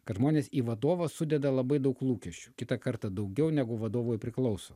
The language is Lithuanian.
kad žmonės į vadovą sudeda labai daug lūkesčių kitą kartą daugiau negu vadovui priklauso